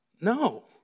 No